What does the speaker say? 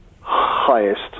highest